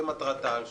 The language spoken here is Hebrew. זה מטרת-העל שלו.